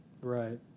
Right